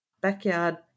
backyard